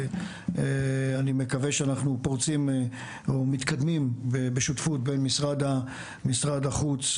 אני מקווה שאנחנו פורצים או מתקדמים בשותפות בין משרד החוץ,